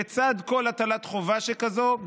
לצד כל הטלת חובה שכזאת,